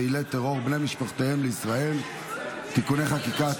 פעילי טרור ובני משפחותיהם לישראל (תיקוני חקיקה),